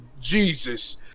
Jesus